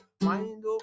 Mind